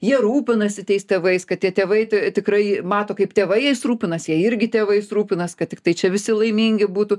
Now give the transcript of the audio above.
jie rūpinasi tais tėvais kad tie tėvai tikrai mato kaip tėvai jais rūpinasi jie irgi tėvais rūpinas kad tiktai čia visi laimingi būtų